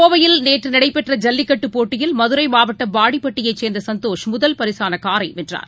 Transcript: கோவையில் நேற்றுநடைபெற்ற ஜல்லிக்கட்டுப் போட்டியில் மதுரைமாவட்டம் வாடிப்பட்டியைச் சேர்ந்தசந்தோஷ் முதல் பரிசானகாரினைவென்றார்